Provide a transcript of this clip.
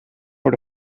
voor